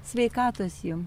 sveikatos jum